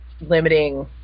limiting